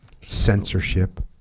censorship